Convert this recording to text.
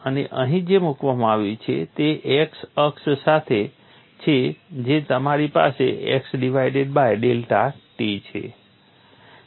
અને અહીં જે મૂકવામાં આવ્યું છે તે x અક્ષ સાથે છે જે તમારી પાસે x divided by delta t છે